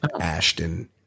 Ashton